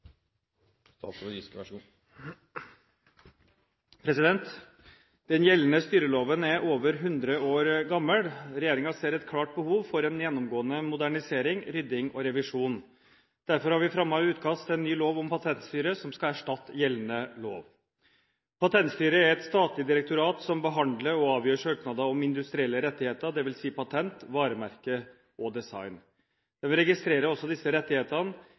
over 100 år gammel. Regjeringen ser et klart behov for en gjennomgående modernisering, rydding og revisjon. Derfor har vi fremmet utkast til en ny lov om Patentstyret som skal erstatte gjeldende lov. Patentstyret er et statlig direktorat som behandler og avgjør søknader om industrielle rettigheter, dvs. patent, varemerke og design. De registrerer også disse rettighetene.